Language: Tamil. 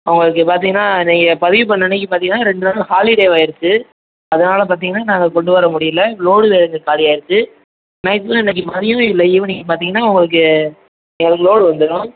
உங்களுக்கு பார்த்தீங்கன்னா நீங்கள் பதிவுப் பண்ண அன்றைக்குப் பார்த்தீங்கன்னா ரெண்டு நாளும் ஹாலிடேவாக ஆயிருச்சு அதனால பார்த்தீங்கன்னா நாங்கள் கொண்டு வர முடியிலை லோடு காலி ஆயிருச்சு மேக்ஸிமம் இன்றைக்கு மதியம் இல்லை ஈவ்னிங் பார்த்தீங்கன்னா உங்களுக்கு எங்களுக்கு லோடு வந்துடும்